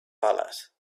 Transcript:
palace